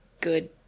good